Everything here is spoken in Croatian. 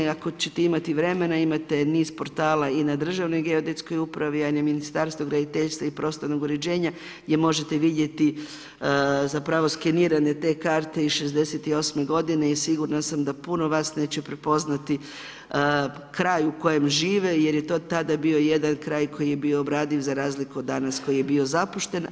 I ako ćete imati vremena imate niz portala i na Državnoj upravi ali je Ministarstvo graditeljstva i prostornog uređenja gdje možete vidjeti zapravo skenirane te karte iz '68. godine i sigurna sam da puno vas neće prepoznati kraj u kojem žive, jer je to tada bio jedan kraj koji je bio obradiv za razliku od danas koji je bio zapušten.